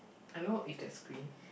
I know if that's green